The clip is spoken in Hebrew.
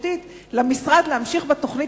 משמעותית יותר למשרד להמשיך בתוכנית